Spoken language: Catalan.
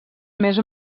més